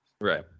right